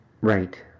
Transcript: Right